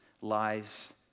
lies